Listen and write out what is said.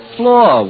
floor